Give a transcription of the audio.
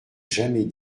jamais